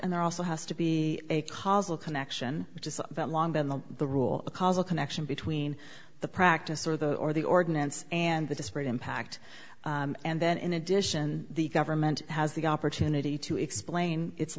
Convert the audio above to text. and there also has to be a causal connection which is long been the rule a causal connection between the practice or the or the ordinance and the disparate impact and then in addition the government has the opportunity to explain it